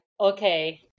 okay